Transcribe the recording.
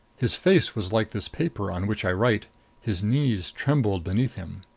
his face was like this paper on which i write his knees trembled beneath him.